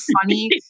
funny